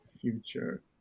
future